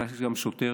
הייתה גם שוטרת,